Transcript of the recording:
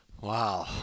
Wow